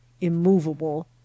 immovable